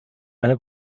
eine